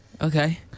Okay